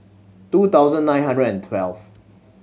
two thousand nine hundred and twelve